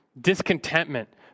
discontentment